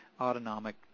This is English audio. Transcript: autonomic